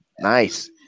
Nice